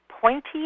pointy